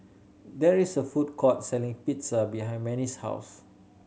there is a food court selling Pizza behind Manie's house